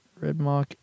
Redmark